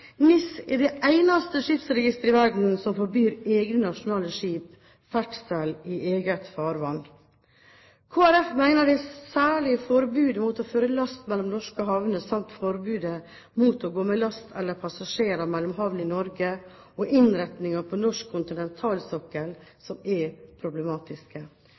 NIS er det eneste skipsregisteret i verden som forbyr egne nasjonale skip ferdsel i eget farvann. Kristelig Folkeparti mener det er særlig forbudet mot å føre last mellom norske havner samt forbudet mot å gå med last eller passasjerer mellom havner i Norge og innretningen på norsk kontinentalsokkel som er problematiske.